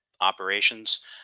operations